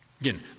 Again